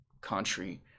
country